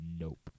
Nope